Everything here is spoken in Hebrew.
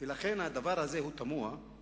ולכן, הדבר הזה הוא תמוה.